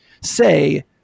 say